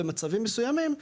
במצבים מסוימים,